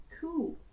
cool